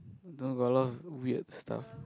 no got a lot weird stuff